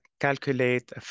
calculate